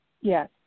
yes